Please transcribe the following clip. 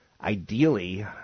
ideally